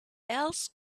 else